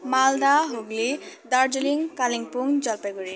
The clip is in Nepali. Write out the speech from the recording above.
मालदा हुगली दार्जिलिङ कालिम्पोङ जलपाइगुडी